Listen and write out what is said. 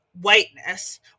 whiteness